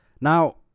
Now